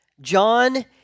John